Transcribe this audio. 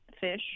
fish